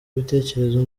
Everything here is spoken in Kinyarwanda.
ibitekerezo